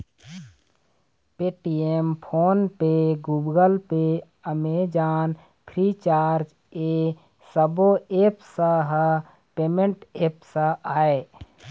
Paytm, PhonePe, Google Pay, Amazon, Freecharge ए सब्बो apps ह पेमेंट ऐप्स आय